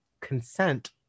consent